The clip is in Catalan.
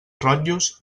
rotllos